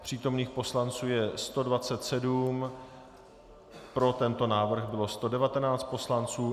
Přítomných poslanců je 127, pro tento návrh bylo 119 poslanců.